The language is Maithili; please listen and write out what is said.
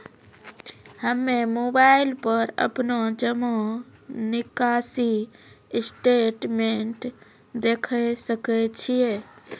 हम्मय मोबाइल पर अपनो जमा निकासी स्टेटमेंट देखय सकय छियै?